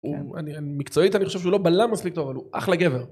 הוא... אני... מקצועית, אני חושב שהוא לא בלם מספיק טוב, אבל הוא אחלה גבר.